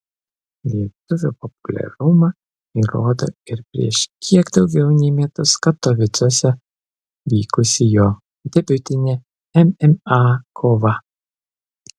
lietuvio populiarumą įrodo ir prieš kiek daugiau nei metus katovicuose vykusi jo debiutinė mma kova